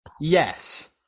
yes